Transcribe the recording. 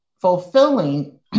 fulfilling